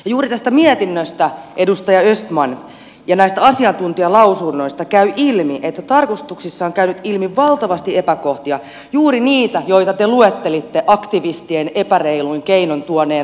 juuri tästä mietinnöstä edustaja östman ja näistä asiantuntijalausunnoista käy ilmi että tarkastuksissa on käynyt ilmi valtavasti epäkohtia juuri niitä joita te luettelitte aktivistien epäreiluin keinoin tuoneen taktikoiden esiin